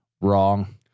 Wrong